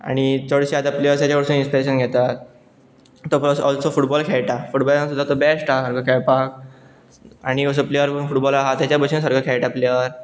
आनी चडशे आतां प्लेयर्साच्या वडसून इंस्पिरेशन घेतात तो प्लस आल्सो फुटबॉल खेळटा फुटबॉला सुद्दा तो बेस्ट आहा सारको खेळपाक आनी असो प्लेयर फुटबॉला आहा तेच्या भशन सारको खेळटा प्लेयर